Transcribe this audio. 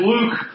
Luke